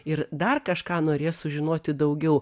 ir dar kažką norės sužinoti daugiau